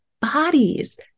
bodies